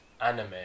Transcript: Anime